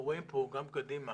רואים פה גם קדימה